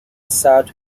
south